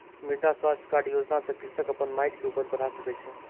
मृदा स्वास्थ्य कार्ड योजना सॅ कृषक अपन माइट के उपज बढ़ा सकै छै